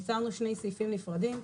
יצרנו שני סעיפים נפרדים,